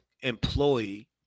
employee